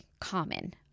common